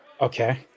Okay